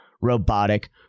robotic